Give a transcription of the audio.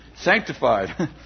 sanctified